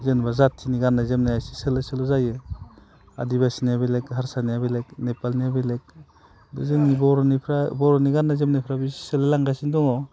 जेनोबा जाथिनि गाननाय जोमनाया एसे सोलाय सोल' जायो आदिबासिनिया बेलेग हारसानिया बेलेग नेपालनिया बेलेग बे जोंनि बर'निफ्राय बर'नि गाननाय जोमनायफ्राबो एसे सोलायलांगासिनो दङ